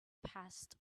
past